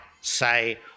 say